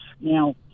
Now